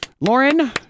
Lauren